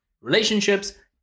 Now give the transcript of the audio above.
Relationships